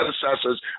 predecessors